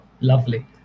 lovely